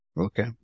Okay